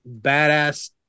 badass